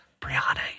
Brianna